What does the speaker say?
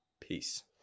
peace